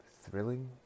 thrilling